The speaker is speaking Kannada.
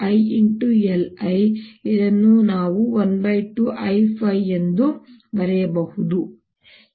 LI ಇದನ್ನು ನಾವು 12Iϕ ಎಂದು ಬರೆಯಬಹುದು